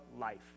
life